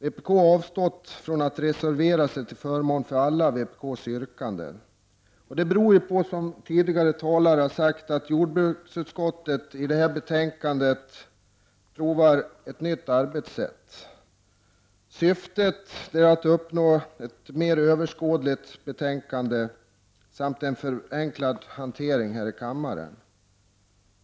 Vpk har avstått från att reservera sig till förmån för alla vpk:s yrkanden. Det beror på, som tidigare talare här sade, att jordbruksutskottet med detta betänkande provar på ett nytt arbetssätt. Syftet är att uppnå ett mer överskådligt betänkande samt en förenklad hantering i kammaren.